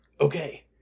Okay